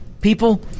people